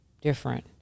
different